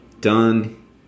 done